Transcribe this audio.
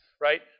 right